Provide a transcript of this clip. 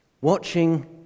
Watching